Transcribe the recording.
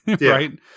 right